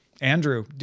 Andrew